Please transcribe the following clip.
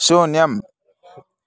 शून्यम्